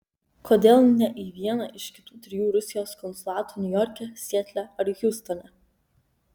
kodėl ne į vieną iš kitų trijų rusijos konsulatų niujorke sietle ar hjustone